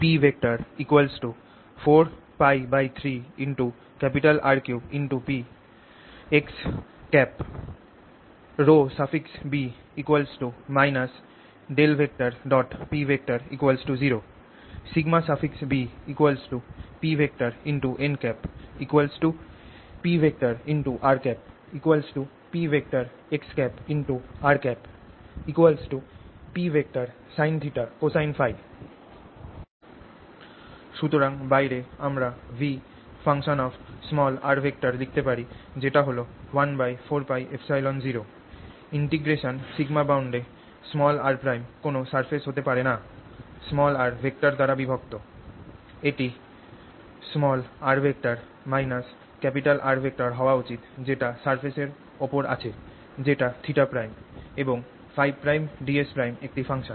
p 4π3R3P x ρb P 0 σbPnPrP xrP sinθ cosineՓ সুতরাং বাইরে আমরা V লিখতে পারি যেটা হল 14πε0 ইন্টিগ্রেশন সিগ্মা বাউন্ড এ r' কোনও সার্ফেস হতে পারে না r ভেক্টর দ্বারা বিভক্ত এটি r R হওয়া উচিত যেটা সার্ফেস এর ওপর আছে যেটা θ' এবং Փ' ds' একটি ফাংশন